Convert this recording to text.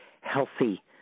healthy